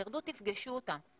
תרדו תפגשו אותם.